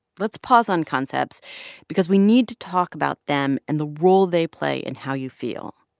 let's pause on concepts because we need to talk about them and the role they play in how you feel.